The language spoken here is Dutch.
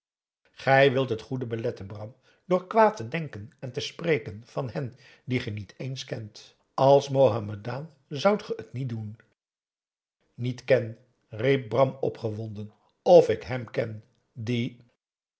gij wilt het goede beletten bram door kwaad te denken en te spreken van hen die ge niet eens kent als mohammedaan zoudt ge het niet doen niet ken riep bram opgewonden uit of ik hem ken dien